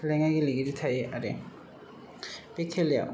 लेङाय गेलेगिरि थायो आरो बे खेलायाव